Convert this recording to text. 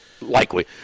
likely